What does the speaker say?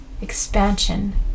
Expansion